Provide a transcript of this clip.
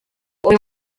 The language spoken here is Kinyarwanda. uyu